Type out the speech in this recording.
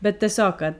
bet tiesiog kad